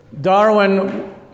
Darwin